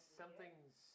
something's